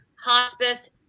hospice